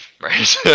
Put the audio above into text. right